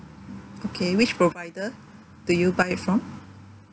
okay which provider do you buy it from